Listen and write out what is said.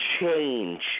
change